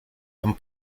and